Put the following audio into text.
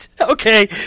Okay